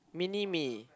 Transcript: mini me